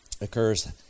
occurs